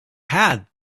had